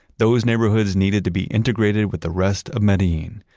those neighborhoods needed to be integrated with the rest of medellin.